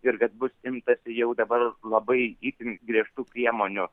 ir kad bus imtasi jau dabar labai itin griežtų priemonių